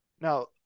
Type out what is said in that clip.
Now